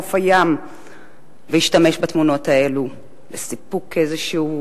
חוף הים והשתמש בתמונות האלה לסיפוק איזשהו